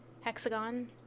Hexagon